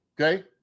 Okay